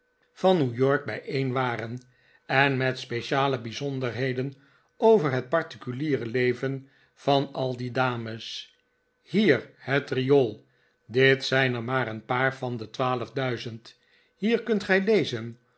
van new york bijeen waren en met speciale bijzonderheden over het particuliere leven van al die dames hier het riool dit zijn er maar een paar van de twaalf duizend hier kunt gij lezen